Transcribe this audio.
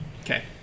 Okay